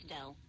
Dell